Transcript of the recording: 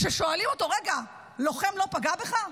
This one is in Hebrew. כששואלים אותו: רגע, לוחם לא פגע בך?